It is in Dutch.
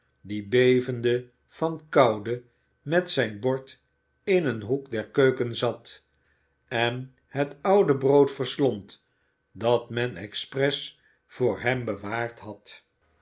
die bevende van koude met zijn bord in een hoek der keuken zat en het oude brood verslond dat men expres voor hem bewaard had